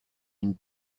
une